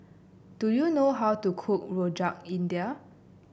do you know how to cook Rojak India